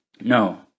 No